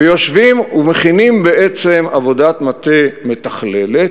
ויושבים ומכינים בעצם עבודת מטה מתכללת